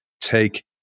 take